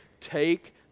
Take